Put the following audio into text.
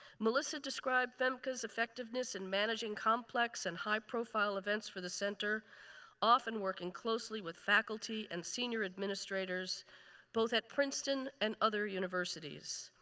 melissa described femca's effectiveness in managing complex and high-profile events for the center often working closely with faculty and senior administrators administrators both at princeton and other universities.